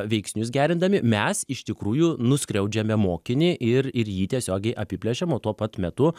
veiksnius gerindami mes iš tikrųjų nuskriaudžiame mokinį ir ir jį tiesiogiai apiplėšim o tuo pat metu